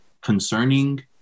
concerning